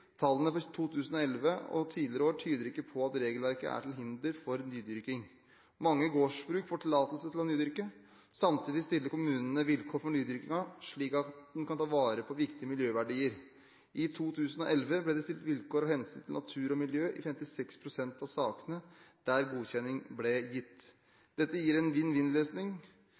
Tallene for 2011 og tidligere år tyder ikke på at regelverket er til hinder for nydyrking. Mange gårdsbruk får tillatelse til å nydyrke. Samtidig stiller kommunene vilkår for nydyrkingen, slik at de kan ta vare på viktige miljøverdier. I 2011 ble det stilt vilkår av hensyn til natur og miljø i 56 pst. av sakene der godkjenning ble gitt. Dette gir en